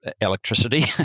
electricity